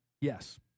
Yes